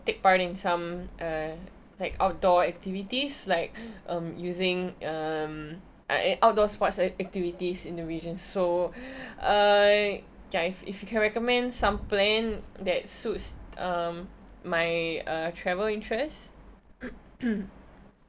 take part in some uh like outdoor activities like um using um outdoor sports activities in the regions so uh if if you can recommend some plan that suits um my uh travel interest